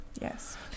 Yes